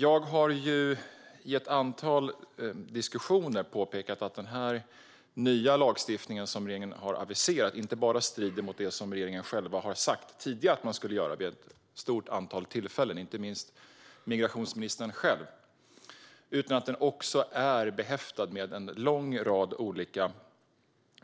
Jag har i ett antal diskussioner påpekat att den nya lagstiftning som regeringen har aviserat inte bara strider mot det som regeringen, inte minst migrationsministern själv, tidigare vid ett stort antal tillfällen har sagt att man skulle göra utan också är behäftad med en lång rad olika